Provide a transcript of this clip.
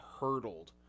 hurtled